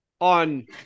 on